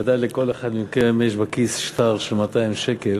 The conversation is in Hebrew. בוודאי לכל אחד מכם יש בכיס שטר של 200 שקל,